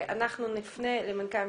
אנחנו נפנה למנכ"ל המשרד.